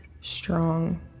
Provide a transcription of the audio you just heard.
strong